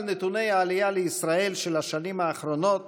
נתוני העלייה לישראל של השנים האחרונות